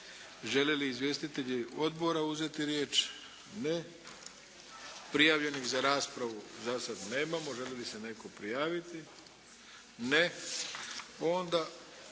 Žele li izvjestitelji odbora uzeti riječ? Ne. Prijavljenih za raspravu za sada nemamo. Želi li se netko prijaviti? Ne.